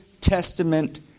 Testament